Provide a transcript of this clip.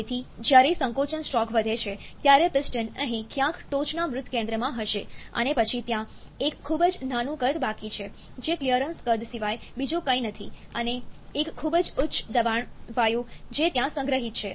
તેથી જ્યારે સંકોચનસ્ટ્રોક વધે છે ત્યારે પિસ્ટન અહીં ક્યાંક ટોચના મૃત કેન્દ્રમાં હશે અને પછી ત્યાં એક ખૂબ જ નાનું કદ બાકી છે જે ક્લિયરન્સ કદ સિવાય બીજું કંઈ નથી અને એક ખૂબ જ ઉચ્ચ દબાણ વાયુ જે ત્યાં સંગ્રહિત છે